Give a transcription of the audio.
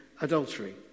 adultery